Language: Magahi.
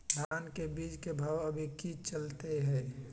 धान के बीज के भाव अभी की चलतई हई?